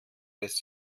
lässt